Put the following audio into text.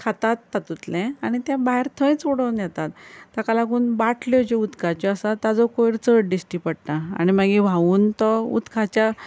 खातात तातुतलें आनी तें भायर थंयच उडोवन येतात ताका लागून बाटल्यो ज्यो उदकाच्यो आसा ताजो कोयर चड डिश्टी पडटा आनी मागीर व्हांवून तो उदकाच्या